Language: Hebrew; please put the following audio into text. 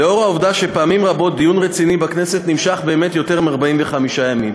לאור העובדה שפעמים רבות דיון רציני בכנסת נמשך יותר מ-45 ימים.